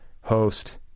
host